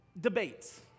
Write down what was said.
debates